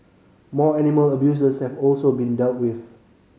more animal abusers have also been dealt with